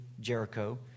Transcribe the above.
Jericho